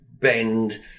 bend